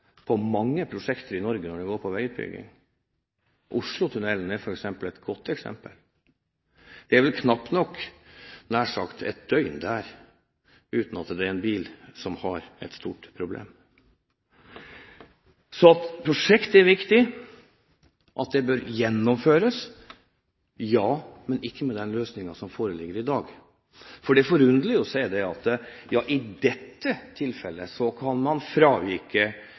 av mange prosjekter i Norge når det gjelder veiutbygging. Oslofjordtunnelen er et godt eksempel – det er vel nær sagt knapt et døgn uten at det er en bil som har et stort problem der. Ja, prosjektet er viktig og bør gjennomføres, men ikke med den løsningen som foreligger i dag. Det er forunderlig å se at man i dette tilfellet kan fravike fra veinormene, men hvis man